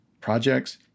projects